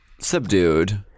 subdued